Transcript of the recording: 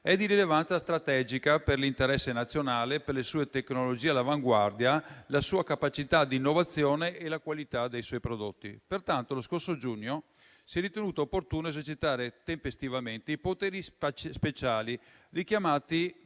è di rilevanza strategica per l'interesse nazionale per le sue tecnologie all'avanguardia, la sua capacità di innovazione e la qualità dei suoi prodotti. Pertanto, lo scorso giugno si è ritenuto opportuno esercitare tempestivamente i poteri speciali richiamati